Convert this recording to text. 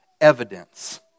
evidence